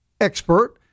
expert